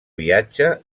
viatge